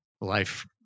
life